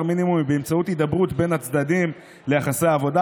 מינימום היא באמצעות הידברות בין הצדדים ליחסי עבודה,